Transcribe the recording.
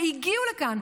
והגיעו לכאן,